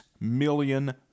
million